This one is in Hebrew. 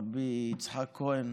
רבי יצחק כהן.